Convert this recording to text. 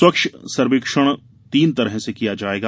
स्वच्छ सर्वेक्षण तीन तरह से किया जायेगा